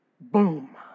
Boom